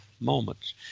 moments